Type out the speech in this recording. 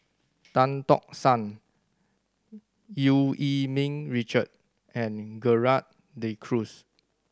Tan Tock San Eu Yee Ming Richard and Gerald De Cruz